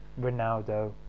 Ronaldo